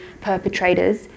perpetrators